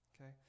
okay